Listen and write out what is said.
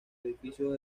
edificios